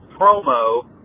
promo